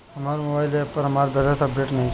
हमर mobile app पर हमर बैलेंस अपडेट नइखे